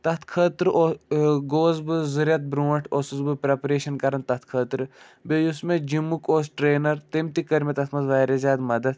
تَتھ خٲطرٕ گوس بہٕ زٕ رٮ۪تھ برٛونٛٹھ اوسُس بہٕ پرٛٮ۪پریشَن کَران تَتھ خٲطرٕ بیٚیہِ یُس مےٚ جِمُک اوس ٹرٛینَر تٔمۍ تہِ کٔر مےٚ تَتھ منٛز واریاہ زیادٕ مَدتھ